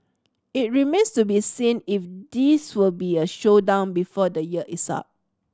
it remains to be seen if this will be a showdown before the year is up